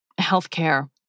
healthcare